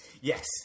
Yes